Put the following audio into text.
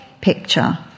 picture